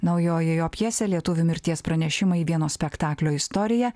naujoji jo pjesė lietuvių mirties pranešimai vieno spektaklio istorija